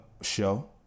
show